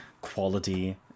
quality